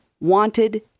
wanted